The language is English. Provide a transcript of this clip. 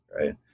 right